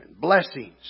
blessings